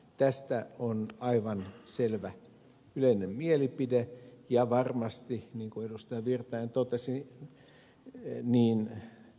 tästä on aivan selvä yleinen mielipide ja varmasti niin kuin ed